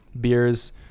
beers